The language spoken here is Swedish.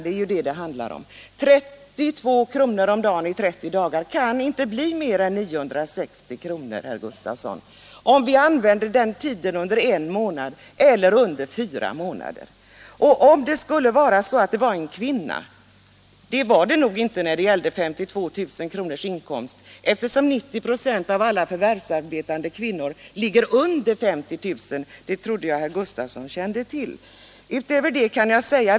Det handlar här om 960 kr. — 32 kr. om dagen i 30 dagar kan inte bli mer än 960 kr., herr Gustavsson. De fall där man tar ut dessa pengar under fyra månader i stället för under en månad kan nog inte avse en kvinna — det var fråga om 52 000 kr. inkomst, och 90 946 av alla för — Nr 133 värvsarbetande kvinnor ligger under 50 000 kr. inkomst, och det trodde Tisdagen den jag att herr Gustavsson kände till.